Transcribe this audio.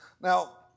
Now